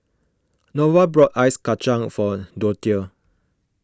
Norval bought Ice Kachang for Dorthea